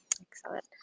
Excellent